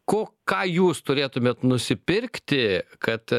ko ką jūs turėtumėt nusipirkti kad